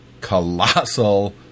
colossal